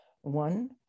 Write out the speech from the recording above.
One